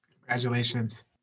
Congratulations